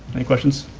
any questions?